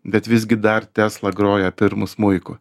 bet visgi dar tesla groja pirmu smuiku